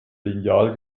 lineal